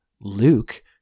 Luke